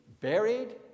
buried